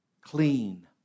clean